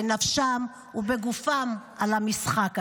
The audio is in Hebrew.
בנפשם ובגופם על המשחק הזה.